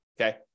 okay